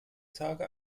tage